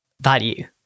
value